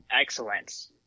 excellence